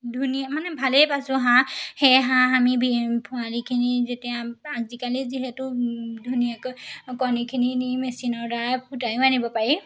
ধুনীয়া মানে ভালেই পাইছোঁ হাঁহ সেই হাঁহ আমি পোৱালীখিনি যেতিয়া আজিকালি যিহেতু ধুনীয়াকৈ কণীখিনি নি মেচিনৰ দ্বাৰা ফুটাইও আনিব পাৰি